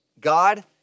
God